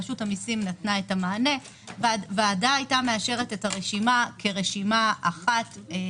רשות המיסים נתנה את המענה והוועדה היתה מאשרת את הרשימה כרשימה מלאה,